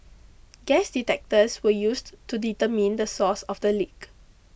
gas detectors were used to determine the source of the leak